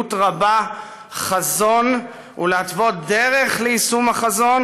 בצלילות רבה חזון ולהתוות דרך ליישום החזון